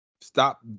Stop